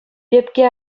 пепке